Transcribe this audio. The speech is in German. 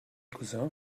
cousin